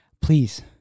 please